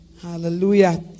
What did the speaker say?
Hallelujah